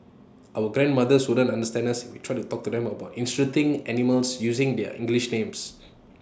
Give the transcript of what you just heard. our grandmothers wouldn't understand us if we tried to talk to them about interesting animals using their English names